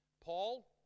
Paul